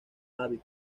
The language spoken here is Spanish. aviv